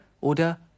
oder